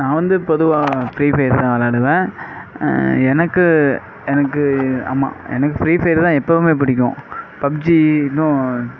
நான் வந்து பொதுவா ஃப்ரீஃபயர் தான் விளையாடுவேன் எனக்கு எனக்கு ஆமாம் எனக்கு ஃப்ரீஃபயர் தான் எப்பவும் பிடிக்கும் பப்ஜி இன்னும்